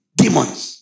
demons